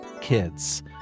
kids